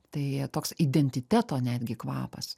tai toks identiteto netgi kvapas